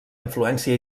influència